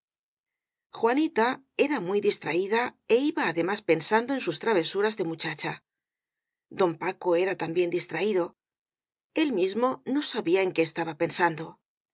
juanita era muy distraída é iba además pensan do en sus travesuras de muchacha don paco era también distraído él mismo no sabía en qué esta ba pensando